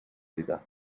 vida